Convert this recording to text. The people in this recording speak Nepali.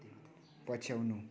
पछ्याउनु